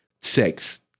sex